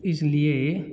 इसलिए